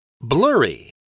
Blurry